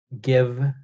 give